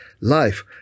life